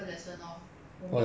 err I don't know leh